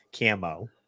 camo